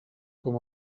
com